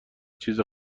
چیز